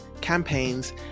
campaigns